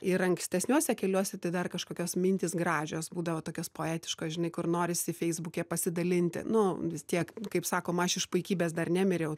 ir ankstesniuose keliuose tai dar kažkokios mintys gražios būdavo tokios poetiškos žinai kur norisi feisbuke pasidalinti nu vis tiek kaip sakoma aš iš puikybės dar nemiriau